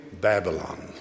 Babylon